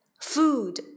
Food